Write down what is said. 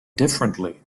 differently